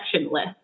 list